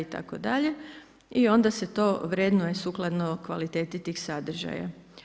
I onda se to vrednuje sukladno kvaliteti tih sadržaja.